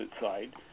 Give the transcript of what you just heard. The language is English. side